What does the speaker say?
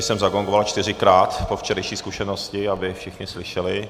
Radši jsem zagongoval čtyřikrát po včerejší zkušenosti, aby všichni slyšeli.